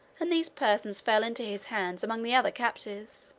and these persons fell into his hands among the other captives.